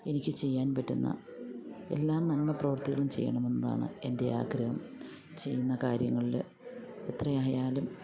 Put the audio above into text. എനിക്ക് ചെയ്യാൻ പറ്റുന്ന എല്ലാ നന്മപ്രവർത്തികളും ചെയ്യണമെന്നാണ് എൻ്റെ ആഗ്രഹം ചെയ്യുന്ന കാര്യങ്ങളിൽ എത്രയയാലും